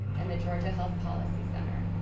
and the georgia health policy center,